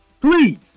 Please